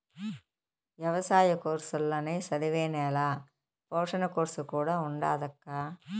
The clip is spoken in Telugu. ఎవసాయ కోర్సుల్ల నే చదివే నేల పోషణ కోర్సు కూడా ఉండాదక్కా